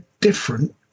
different